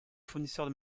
fournisseurs